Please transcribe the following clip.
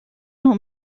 not